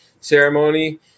ceremony